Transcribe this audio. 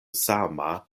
sama